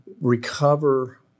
recover